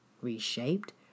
reshaped